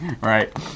Right